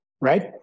right